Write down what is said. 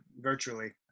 Virtually